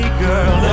girl